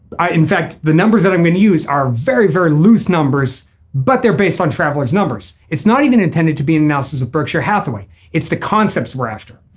in fact the numbers that are um in use are very very loose numbers but they are based on travelers numbers. it's not even intended to be an analysis of berkshire hathaway. it's the concepts whereafter.